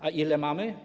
A ile mamy?